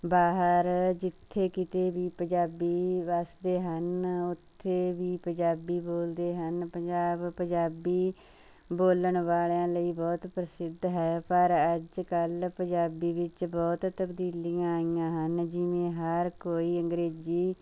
ਬਾਹਰ ਜਿੱਥੇ ਕਿਤੇ ਵੀ ਪੰਜਾਬੀ ਵੱਸਦੇ ਹਨ ਉੱਥੇ ਵੀ ਪੰਜਾਬੀ ਬੋਲਦੇ ਹਨ ਪੰਜਾਬ ਪੰਜਾਬੀ ਬੋਲਣ ਵਾਲਿਆਂ ਲਈ ਬਹੁਤ ਪ੍ਰਸਿੱਧ ਹੈ ਪਰ ਅੱਜ ਕੱਲ੍ਹ ਪੰਜਾਬੀ ਵਿੱਚ ਬਹੁਤ ਤਬਦੀਲੀਆਂ ਆਈਆਂ ਹਨ ਜਿਵੇਂ ਹਰ ਕੋਈ ਅੰਗਰੇਜ਼ੀ